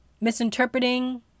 misinterpreting